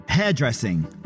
Hairdressing